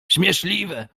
śmieszliwe